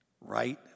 right